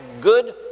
good